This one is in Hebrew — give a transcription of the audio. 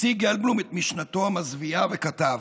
הציג גלבלום את משנתו המזוויעה, וכתב: